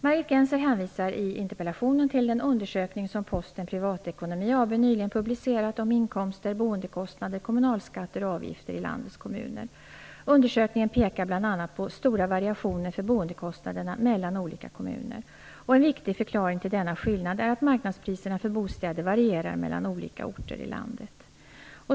Margit Gennser hänvisar i interpellationen till den undersökning som Posten Privatekonomi AB nyligen publicerat om inkomster, boendekostnader, kommunalskatter och avgifter i landets kommuner. Undersökningen pekar bl.a. på stora variationer för boendekostnaderna mellan olika kommuner. En viktig förklaring till denna skillnad är att marknadspriserna för bostäder varierar mellan olika orter i landet.